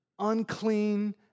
unclean